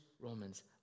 Romans